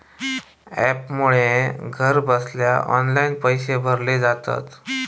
ॲपमुळे घरबसल्या ऑनलाईन पैशे भरले जातत